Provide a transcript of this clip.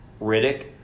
Riddick